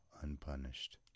unpunished